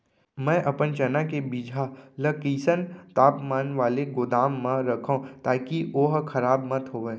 मैं अपन चना के बीजहा ल कइसन तापमान वाले गोदाम म रखव ताकि ओहा खराब मत होवय?